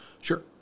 sure